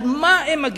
למה הם מגיעים?